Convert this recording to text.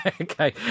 Okay